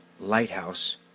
Lighthouse